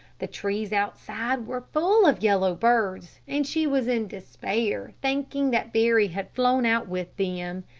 the trees outside were full of yellow birds, and she was in despair, thinking that barry had flown out with them.